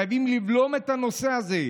חייבים לבלום את הנושא הזה.